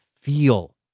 feel